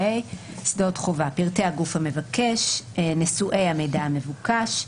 שדות חובה: פרטי הגוף המבקש, נשואי המידע המבוקש,